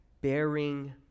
Bearing